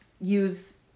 use